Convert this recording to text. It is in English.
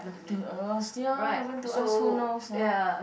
the uh sia happen to us who knows ah